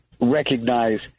recognize